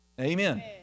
Amen